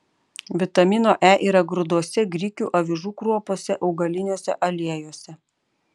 vitamino e yra grūduose grikių avižų kruopose augaliniuose aliejuose